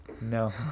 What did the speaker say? No